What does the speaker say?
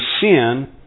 sin